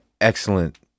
excellent